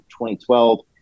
2012